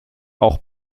auch